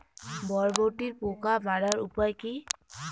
বরবটির পোকা মারার উপায় কি?